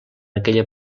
aquella